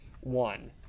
one